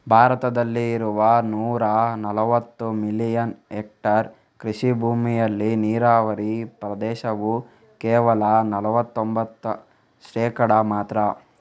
ಭಾರತದಲ್ಲಿ ಇರುವ ನೂರಾ ನಲವತ್ತು ಮಿಲಿಯನ್ ಹೆಕ್ಟೇರ್ ಕೃಷಿ ಭೂಮಿಯಲ್ಲಿ ನೀರಾವರಿ ಪ್ರದೇಶವು ಕೇವಲ ನಲವತ್ತೊಂಭತ್ತು ಶೇಕಡಾ ಮಾತ್ರ